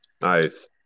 Nice